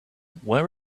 where